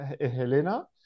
Helena